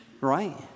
right